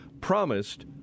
promised